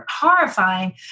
horrifying